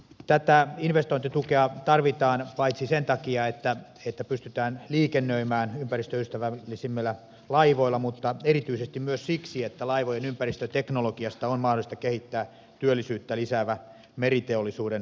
tätä investointitukea tarvitaan paitsi sen takia että pystytään liikennöimään ympäristöystävällisemmillä laivoilla erityisesti myös siksi että laivojen ympäristöteknologiasta on mahdollista kehittää työllisyyttä lisäävä meriteollisuuden ala suomeen